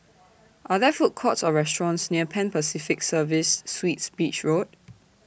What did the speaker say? Are There Food Courts Or restaurants near Pan Pacific Serviced Suites Beach Road